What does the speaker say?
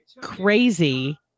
crazy